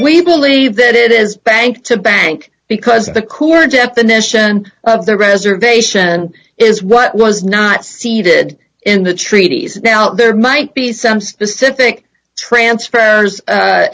we believe that it is bank to bank because the cooler definition of the reservation is what was not seated in the treaties now there might be some specific trans